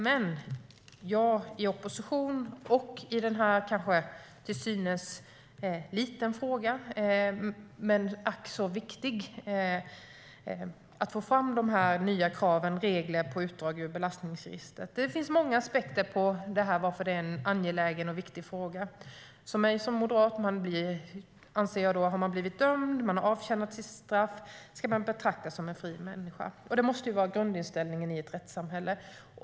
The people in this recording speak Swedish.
Men jag arbetar i opposition, och jag arbetar i den här till synes lilla men ack så viktiga frågan för att få fram nya krav och regler för utdrag ur belastningsregister. Det finns många aspekter på varför det är en angelägen och viktig fråga. Jag anser som moderat att om man har blivit dömd och har avtjänat sitt straff ska man betraktas som en fri människa. Det måste vara grundinställningen i ett rättssamhälle.